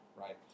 right